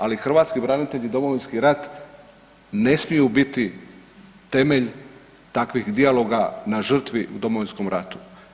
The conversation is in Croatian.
Ali hrvatski branitelji i Domovinski rat ne smiju biti temelj takvih dijaloga na žrtvi u Domovinskom ratu.